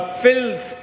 filth